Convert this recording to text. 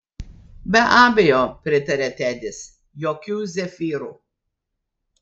be abejo pritarė tedis jokių zefyrų